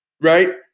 right